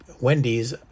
Wendy's